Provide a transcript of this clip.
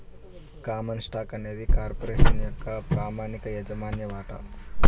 common stock అనేది corporation యొక్క ప్రామాణిక యాజమాన్య వాటా